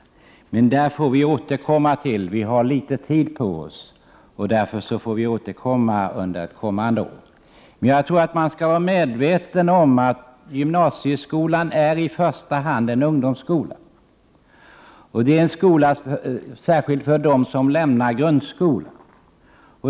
Men till den saken får vi återkomma senare; vi har litet tid på oss. Vi bör emellertid vara medvetna om att gymnasieskolan i första hand är en ungdomsskola. Det är i synnerhet en skola för dem som lämnar grundskolan.